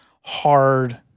hard